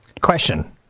Question